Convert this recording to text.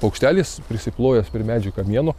paukštelis prisiplojęs prie medžio kamieno